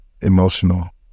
emotional